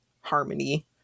harmony